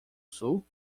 sul